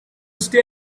stay